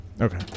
okay